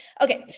ok,